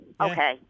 okay